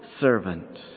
servant